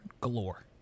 galore